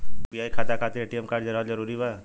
UPI खाता खातिर ATM card रहल जरूरी बा?